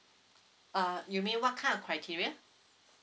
uh you mean what kind of criteria